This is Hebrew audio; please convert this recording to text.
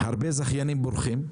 הרבה זכיינים בורחים,